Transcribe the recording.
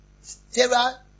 Sarah